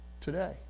today